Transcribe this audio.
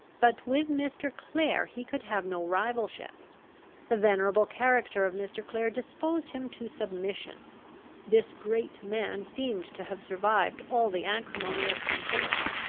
but with mr. clare he could have no rivalship the venerable character of mr. clare disposed him to submission this great man seemed to have survived all the acrimony of contention,